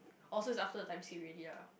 oh so it's after the time script already ah